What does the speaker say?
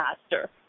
faster